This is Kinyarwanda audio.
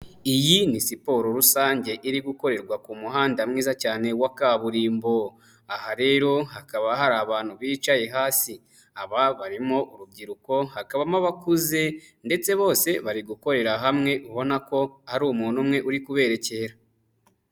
Iyi ni siporo rusange iri gukorerwa ku muhanda mwiza cyane wa kaburimbo, aha rero hakaba hari abantu bicaye hasi, aba barimo urubyiruko, hakabamo abakuze ndetse bose bari gukorera hamwe, ubona ko hari umuntu umwe uri kubererekera.